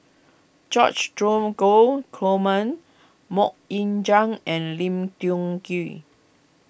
George Dromgold Coleman Mok Ying Jang and Lim Tiong Ghee